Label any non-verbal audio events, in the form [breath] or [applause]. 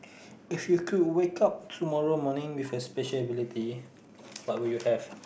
[breath] if you could wake up tomorrow morning with a special ability what would you have